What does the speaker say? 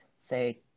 say